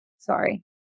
Sorry